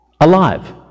Alive